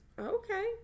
Okay